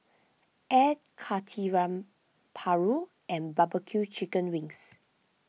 Air Karthira Paru and Barbecue Chicken Wings